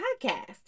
podcast